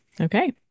Okay